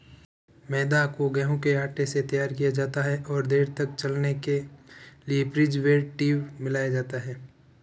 मैदा को गेंहूँ के आटे से तैयार किया जाता है और देर तक चलने के लिए प्रीजर्वेटिव मिलाया जाता है